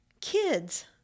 kids